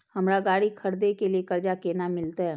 हमरा गाड़ी खरदे के लिए कर्जा केना मिलते?